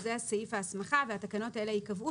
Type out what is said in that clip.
זה סעיף הסמכה והתקנות האלה ייקבעו